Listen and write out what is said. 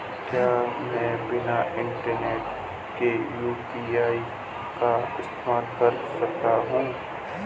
क्या मैं बिना इंटरनेट के यू.पी.आई का इस्तेमाल कर सकता हूं?